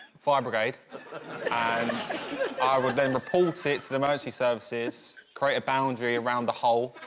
fire brigade and i would then report it to the emergency services, create a boundary around the hole.